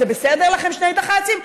זה בסדר לכם שני דח"צים?